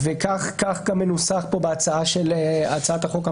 כך גם מנוסח בהצעת החוק הממשלתית.